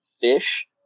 fish